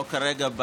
לא כרגע,